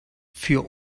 für